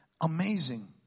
Amazing